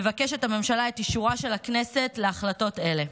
מבקשת הממשלה את אישורה של הכנסת להחלטות אלה.